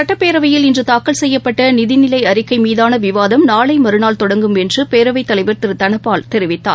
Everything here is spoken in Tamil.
சட்டப்பேரவையில் இன்றுதாக்கல் செய்யப்பட்டநிதிநிலைஅறிக்கைமீதானவிவாதம் நாளைமறநாள் தொடங்கும் என்றுபேரவைத்தலைவர் திருதனபால் தெரிவித்தார்